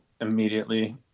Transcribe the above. immediately